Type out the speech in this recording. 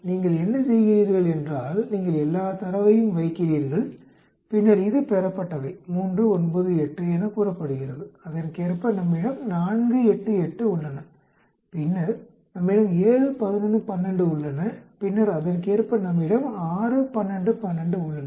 நீங்கள் என்ன செய்கிறீர்கள் என்றால் நீங்கள் எல்லா தரவையும் வைக்கிறீர்கள் பின்னர் இது பெறப்பட்டவை 3 9 8 எனக் கூறப்படுகிறது அதற்கேற்ப நம்மிடம் 4 8 8 உள்ளன பின்னர் நம்மிடம் 7 11 12 உள்ளன பின்னர் அதற்கேற்ப நம்மிடம் 6 12 12 உள்ளன